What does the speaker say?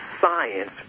science